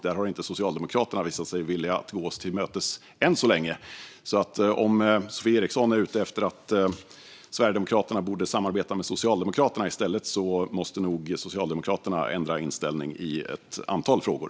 Där har inte Socialdemokraterna visat sig villiga att gå oss till mötes, än så länge. Om Sofie Eriksson är ute efter att Sverigedemokraterna i stället borde samarbeta med Socialdemokraterna måste nog Socialdemokraterna ändra inställning i ett antal frågor.